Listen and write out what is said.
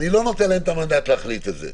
אני לא נותן להם את המנדט להחליט את זה.